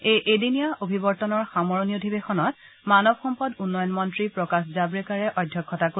এই এদিনীয়া অভিৱৰ্তনৰ সামৰণি অধিৱেশনত মানৱ সম্পদ উন্নয়ন মন্ত্ৰী প্ৰকাশ জাম্ৰেকাৰে অধ্যক্ষতা কৰিব